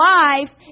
life